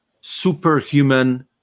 superhuman